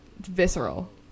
Visceral